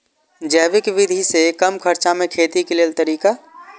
जैविक विधि से कम खर्चा में खेती के लेल तरीका?